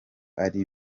ari